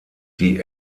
die